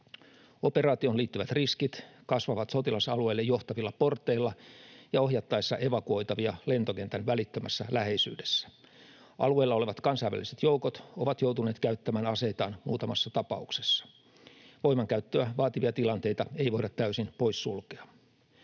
Operaatioon liittyvät riskit kasvavat sotilasalueelle johtavilla porteilla ja ohjattaessa evakuoitavia lentokentän välittömässä läheisyydessä. Alueella olevat kansainväliset joukot ovat joutuneet käyttämään aseitaan muutamassa tapauksessa. Voimankäyttöä vaativia tilanteita ei voida täysin poissulkea.